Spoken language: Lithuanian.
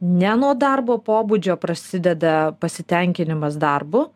ne nuo darbo pobūdžio prasideda pasitenkinimas darbu